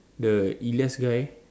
the Elias guy